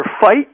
fight